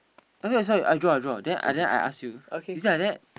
oh wait sorry sorry I draw I draw then I then I ask you is it like that